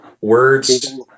words